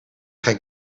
geen